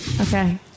Okay